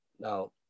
Now